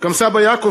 גם סבא יעקב,